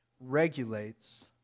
regulates